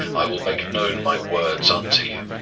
i will make known my words unto you.